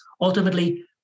ultimately